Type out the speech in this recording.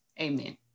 amen